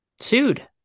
sued